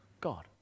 God